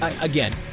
again